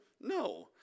No